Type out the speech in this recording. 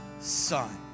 son